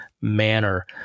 manner